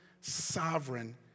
sovereign